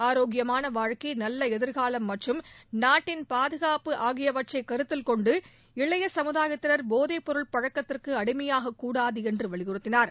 ஆரோக்கியமான வாழ்க்கை நல்ல எதிர்காலம் மற்றும் நாட்டின் பாதுகாப்பு ஆகியவற்றை கருத்தில்கொண்டு இளைய சமுதாயத்தினர் போதைப்பொருள் பழக்கத்திற்கு அடிமையாகக்கூடாது என்று வலியுறுத்தினார்